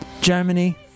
Germany